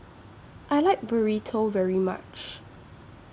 I like Burrito very much